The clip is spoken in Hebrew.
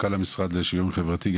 מנכ"ל המשרד לשוויון חברתי,